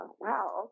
wow